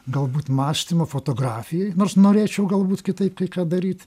galbūt mąstymo fotografijoj nors norėčiau galbūt kitaip kai ką daryt